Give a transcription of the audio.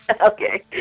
Okay